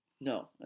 No